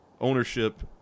ownership